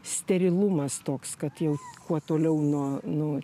sterilumas toks kad jau kuo toliau nuo nu